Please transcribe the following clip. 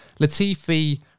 Latifi